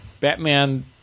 Batman